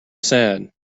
sad